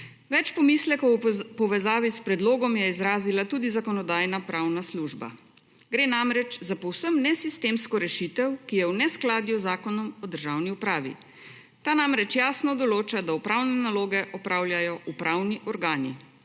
Več pomislekov v povezavi s predlogom je izrazila tudi Zakonodajno-pravna služba. Gre namreč za povsem nesistemsko rešitev, ki je v neskladju z Zakonom o državni upravi. Ta namreč jasno določa, da upravne naloge opravljajo upravni organi.